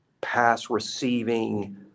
pass-receiving